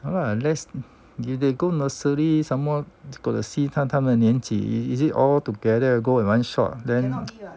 ya lah unless they they go nursery some more got to see 看他们年纪 is it altogether go at one shot then